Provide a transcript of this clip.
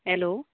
hello